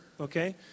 okay